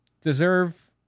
deserve